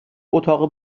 اتاق